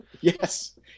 Yes